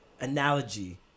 analogy